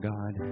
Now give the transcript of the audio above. God